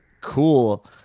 cool